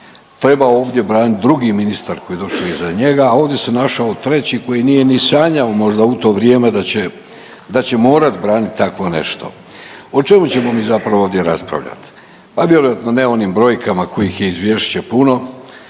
što je vodio jedan ministar koji je došao iza njega, a ovdje se našao treći koji nije ni sanjao možda u to vrijeme da će morati braniti takvo nešto. O čemu ćemo mi zapravo ovdje raspravljati? Pa vjerojatno ne o onim brojkama kojih je izvješće puno,